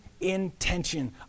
intention